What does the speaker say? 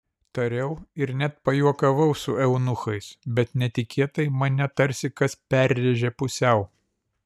tariau ir net pajuokavau su eunuchais bet netikėtai mane tarsi kas perrėžė pusiau